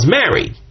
married